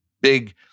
big